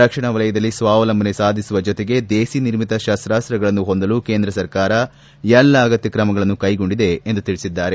ರಕ್ಷಣಾ ವಲಯದಲ್ಲಿ ಸ್ವಾವಲಂಬನೆ ಸಾಧಿಸುವ ಜೊತೆಗೆ ದೇಸಿ ನಿರ್ಮಿತ ಶಸ್ತಾಸ್ತಗಳನ್ನು ಹೊಂದಲು ಕೇಂದ್ರ ಸರ್ಕಾರ ಎಲ್ಲಾ ಅಗತ್ಯ ಕ್ರಮಗಳನ್ನು ಕೈಗೊಂಡಿದೆ ಎಂದು ತಿಳಿಸಿದ್ದಾರೆ